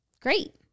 Great